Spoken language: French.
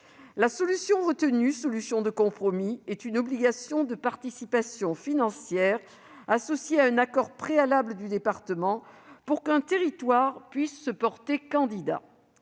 La solution retenue, solution de compromis, est une obligation de participation financière associée à un accord préalable du département pour qu'un territoire puisse se porter candidat.